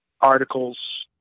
articles